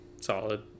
solid